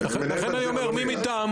לכן אני אומר "או מי מטעמו".